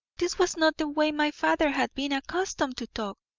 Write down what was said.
this was not the way my father had been accustomed to talk,